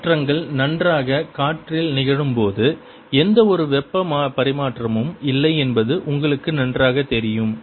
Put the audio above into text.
மாற்றங்கள் நன்றாக காற்றில் நிகழும்போது எந்தவொரு வெப்பப் பரிமாற்றமும் இல்லை என்பது உங்களுக்கு நன்றாகத் தெரியும்